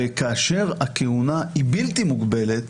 וכאשר הכהונה היא בלתי מוגבלת